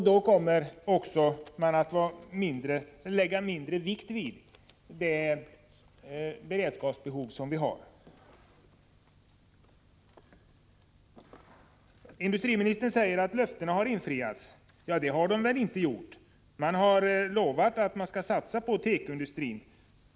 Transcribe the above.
Då kommer man också att lägga mindre vikt vid det beredskapsbehov som vi har. Industriministern säger att löftena har infriats. Det har de väl inte. Man har lovat att satsa på tekoindustrin.